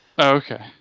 okay